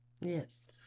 Yes